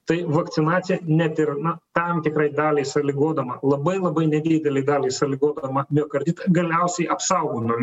tai vakcinacija net ir na tam tikrai daliai sąlygodama labai labai nedidelei daliai sąlygodama miokarditą galiausiai apsaugo nuo